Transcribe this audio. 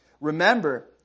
Remember